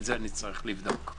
את זה נצטרך לבדוק.